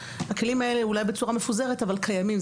הכלים האלה אולי בצורה מפוזרת אבל קיימים.